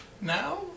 Now